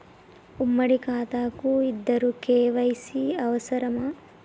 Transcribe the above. ఉమ్మడి ఖాతా కు ఇద్దరు కే.వై.సీ అవసరమా?